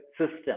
system